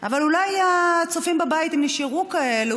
אני מוסיפה לך את הדקה הזאת, בהחלט.